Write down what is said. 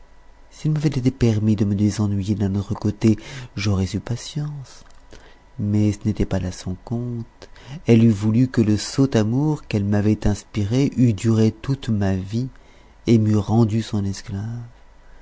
s'il m'avait été permis de me désennuyer d'un autre côté j'aurais eu patience mais ce n'était pas là son compte elle eût voulu que le sot amour qu'elle m'avait inspiré eût duré toute ma vie et m'eût rendu son esclave